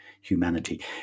humanity